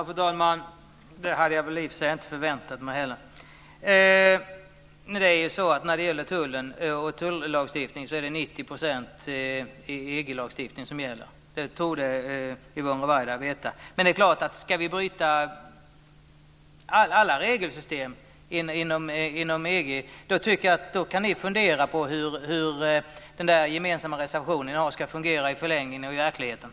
Fru talman! Det hade jag väl i och för sig inte förväntat mig heller. När det gäller tullen och tullagstiftningen är det 90 % EG-lagstiftning som gäller. Det torde Yvonne Ruwaida veta. Men det är klart att om vi ska bryta alla regelsystem inom EU kan ni fundera på hur det som framförs i den gemensamma reservationen ska fungera i förlängningen och i verkligheten.